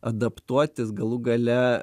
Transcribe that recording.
adaptuotis galų gale